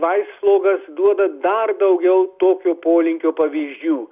vaisflogas duoda dar daugiau tokio polinkio pavyzdžių